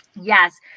Yes